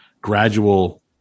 gradual